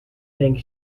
think